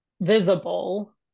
visible